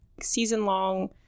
season-long